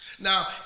Now